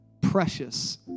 precious